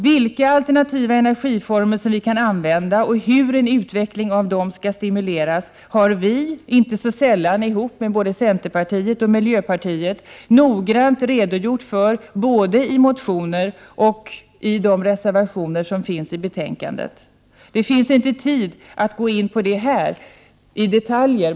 Vilka alternativa energiformer som vi kan använda och hur en utveckling av dem skall stimuleras har vi, inte så sällan ihop med centerpartiet och miljöpartiet, noggrant redogjort för både i motioner och i de reservationer som finns fogade till betänkandet. Det finns inte tid att här gå in på detaljer.